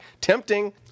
Tempting